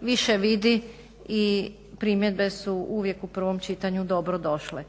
više vidi i primjedbe su uvijek u prvom čitanju dobrodošle.